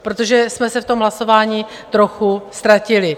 Protože jsme se v tom hlasování trochu ztratili.